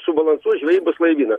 subalansuot žvejybos laivyną